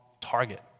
target